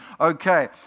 Okay